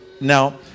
now